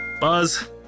Buzz